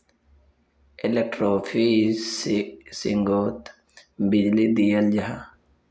एलेक्ट्रोफिशिंगोत बीजली दियाल जाहा